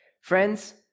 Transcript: Friends